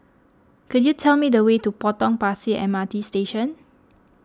could you tell me the way to Potong Pasir M R T Station